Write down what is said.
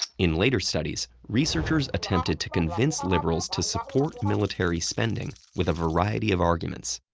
in later studies, researchers attempted to convince liberals to support military spending with a variety of arguments.